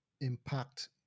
impact